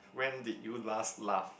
when did you last laugh